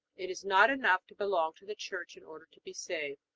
it is not enough to belong to the church in order to be saved,